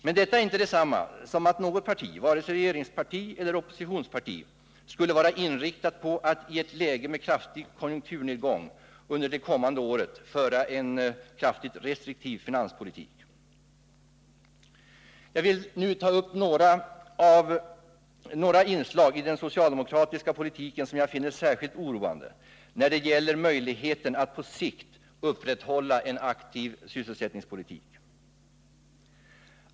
Men detta är inte detsamma som att något parti, vare sig regeringsparti eller oppositionsparti, skulle vara inriktat på att i ett läge med kraftig konjunkturnedgång under det kommande året föra en kraftigt restriktiv finanspolitik. Jag skall nu ta upp några inslag i den socialdemokratiska politiken, som jag finner särskilt oroande när det gäller möjligheten att på sikt upprätthålla en aktiv sysselsättningspolitik.